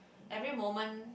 every moment